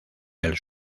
del